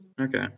Okay